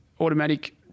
automatic